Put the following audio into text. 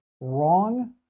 wrong